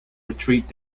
retreat